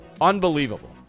Unbelievable